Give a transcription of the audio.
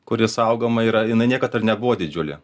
kuri saugoma yra jinai niekad ir nebuvo didžiulė